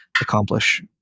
accomplish